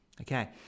okay